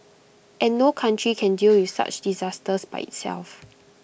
and no country can deal with such disasters by itself